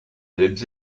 lives